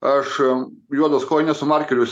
aš juodos kojinės su markeriu